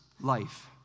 life